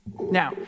Now